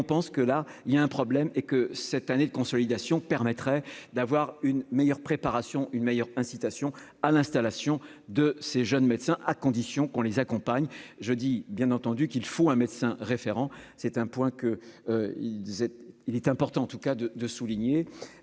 on pense que là il y a un problème et que cette année de consolidation permettrait d'avoir une meilleure préparation une meilleure incitation à l'installation de ces jeunes médecins à condition qu'on les accompagne, je dis bien entendu qu'il faut un médecin référent, c'est un point que il disait : il est important, en tout cas de de souligner